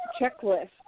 checklist